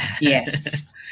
yes